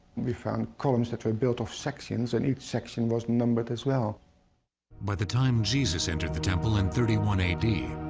we found columns that were built of sections, and each section was numbered as well. narrator by the time jesus entered the temple in thirty one a d,